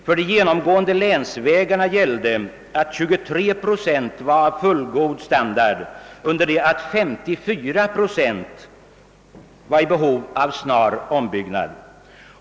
För de genomgående länsvägarna gällde att 23 procent var av fullgod standard under det att 54 procent var i behov av snar ombyggnad.